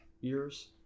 years